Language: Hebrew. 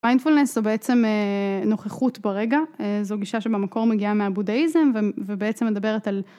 מיינפולנס זו בעצם נוכחות ברגע, זו גישה שבמקור מגיעה מהבודהיזם ובעצם מדברת על